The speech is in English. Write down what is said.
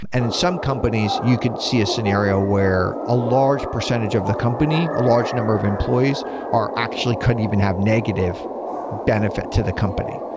and in some companies you can see a scenario where a large percentage of the company, a large number of employees are actually could even have negative benefit to the company.